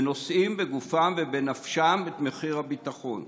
ונושאים בגופם ובנפשם את מחיר הביטחון,